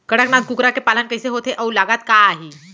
कड़कनाथ कुकरा के पालन कइसे होथे अऊ लागत का आही?